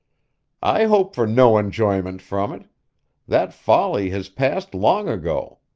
i hope for no enjoyment from it that folly has passed long ago!